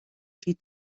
wie